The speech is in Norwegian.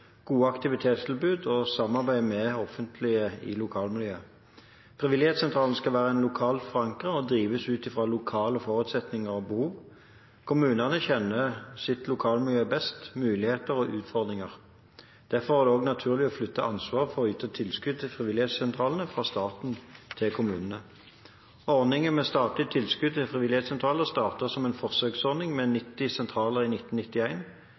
gode aktivitetstilbud og samarbeid med det offentlige i lokalmiljøet. Frivillighetssentralene skal være lokalt forankret og drives ut fra lokale forutsetninger og behov. Kommunene kjenner lokalmiljøet, mulighetene og utfordringene best, og derfor er det også naturlig å flytte ansvaret for å yte tilskudd til frivillighetssentralene fra staten til kommunene. Ordningen med statlig tilskudd til frivillighetssentraler startet som en forsøksordning med 90 sentraler i